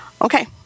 Okay